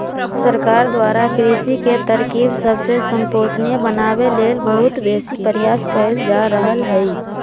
सरकार द्वारा कृषि के तरकिब सबके संपोषणीय बनाबे लेल बहुत बेशी प्रयास कएल जा रहल हइ